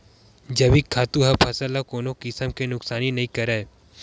जइविक खातू ह फसल ल कोनो किसम के नुकसानी नइ करय